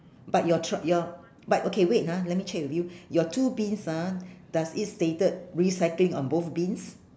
but your tro~ your but okay wait ah let me check with you your two bins ah does it stated recycling on both bins